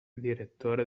direttore